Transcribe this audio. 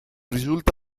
risulta